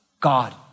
God